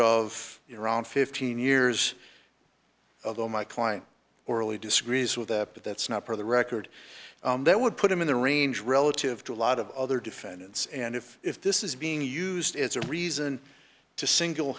of iran fifteen years of oh my client orally disagrees with that but that's not for the record that would put him in the range relative to a lot of other defendants and if if this is being used as a reason to single